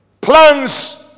Plans